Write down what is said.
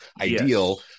ideal